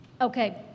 Okay